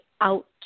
out